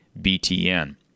btn